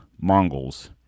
Mongols